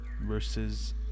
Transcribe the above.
versus